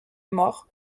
mort